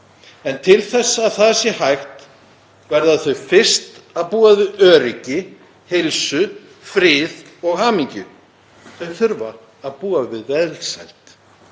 En til þess að það sé hægt verða þau fyrst að búa við öryggi, heilsu, frið og hamingju. Þau þurfa að búa við velsæld.